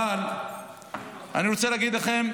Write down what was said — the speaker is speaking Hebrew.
אבל אני רוצה להגיד לכם,